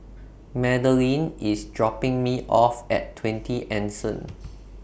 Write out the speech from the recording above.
Madelene IS dropping Me off At twenty Anson